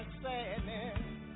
sadness